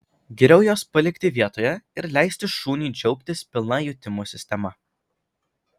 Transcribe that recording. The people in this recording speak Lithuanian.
geriau juos palikti vietoje ir leisti šuniui džiaugtis pilna jutimų sistema